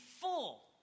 full